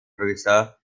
größer